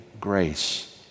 grace